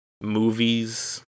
movies